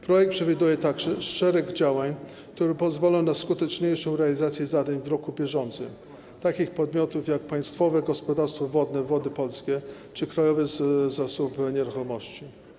Projekt przewiduje także szereg działań, które pozwala na skuteczniejszą realizację w roku bieżącym zadań takich podmiotów jak Państwowe Gospodarstwo Wodne Wody Polskie czy Krajowy Zasób Nieruchomości.